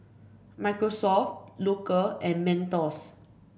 Microsoft Loacker and Mentos